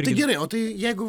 tai gerai o tai jeigu